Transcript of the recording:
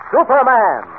Superman